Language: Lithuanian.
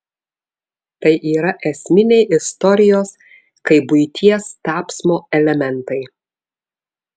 tai yra esminiai istorijos kaip buities tapsmo elementai